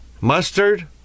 mustard